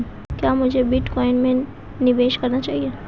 क्या मुझे बिटकॉइन में निवेश करना चाहिए?